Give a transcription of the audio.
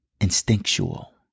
instinctual